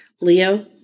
Leo